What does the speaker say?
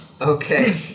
Okay